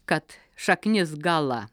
kad šaknis gala